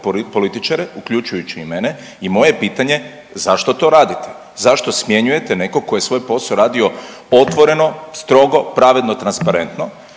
političare, uključujući i mene i moje pitanje zašto to radite, zašto smjenjujete nekog ko je svoj posao radio otvoreno, strogo, pravedno i transparentno?